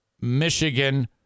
Michigan